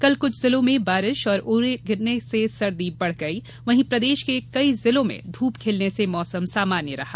कल कुछ जिलों में बारिश और ओले गिरने से सर्दी बढ़ गई वहीं प्रदेश के कई जिलों में धूप खिलने से मौसम सामान्य रहा